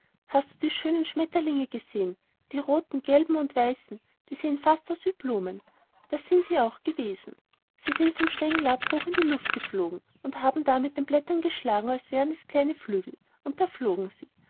hast die schönen schmetterlinge gesehen die roten gelben und weißen die sehen fast aus wie blumen das sind sie auch gewesen sie sind vom stengel ab hoch in die luft geflogen und haben da mit den blättern geschlagen als wenn es kleine flügel wären und da flogen sie